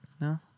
No